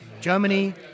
Germany